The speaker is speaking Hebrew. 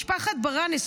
משפחת ברנס,